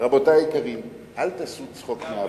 רבותי היקרים, אל תעשו צחוק מהעבודה.